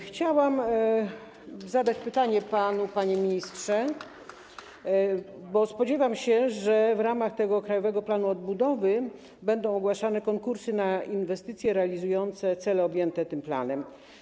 Chciałam zadać pytanie panu, panie ministrze, bo spodziewam się, że w ramach krajowego planu odbudowy będą ogłaszane konkursy na inwestycje realizujące cele objęte tym planem.